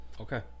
okay